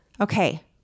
okay